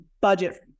budget